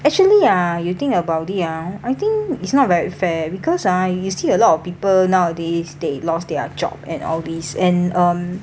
actually ah you think about it ah I think it's not very fair because ah you see a lot of people nowadays they lost their job and all this and um